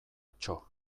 txo